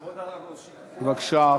בבקשה,